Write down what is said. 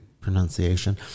pronunciation